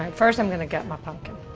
um first i'm gonna gut my pumpkin.